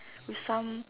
with some